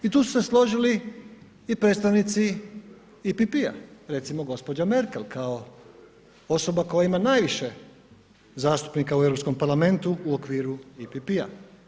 I tu su se složili predstavnici EPP-a, recimo gospođa Merkel kao osoba koja ima najviše zastupnika u Europskom parlamentu u okviru EPP-a.